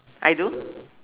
I do